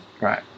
Right